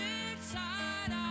inside